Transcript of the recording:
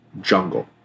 jungle